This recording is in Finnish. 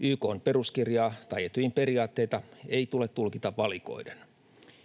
YK:n peruskirjaa tai Etyjin periaatteita ei tule tulkita valikoiden.